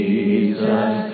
Jesus